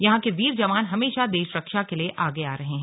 यहां के वीर जवान हमेशा देश रक्षा के लिए आगे रहे हैं